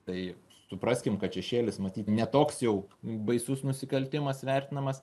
tai supraskim kad šešėlis matyt ne toks jau baisus nusikaltimas vertinamas